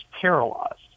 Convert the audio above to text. paralyzed